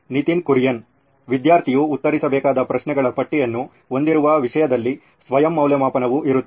ನಿತಿನ್ ಕುರಿಯನ್ ವಿದ್ಯಾರ್ಥಿಯು ಉತ್ತರಿಸಬೇಕಾದ ಪ್ರಶ್ನೆಗಳ ಪಟ್ಟಿಯನ್ನು ಹೊಂದಿರುವ ವಿಷಯದಲ್ಲಿ ಸ್ವಯಂ ಮೌಲ್ಯಮಾಪನವು ಇರುತ್ತದೆ